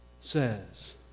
says